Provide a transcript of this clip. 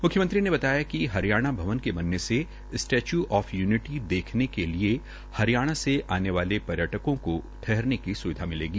म्ख्यमंत्री ने बताया कि हरियाणा भवन के बनने से स्टैच्यू ऑफ यूनिटी देखने के लिए हरियाणा से आने वाले पर्यटकों को ठहरने की स्विधा मिलेगी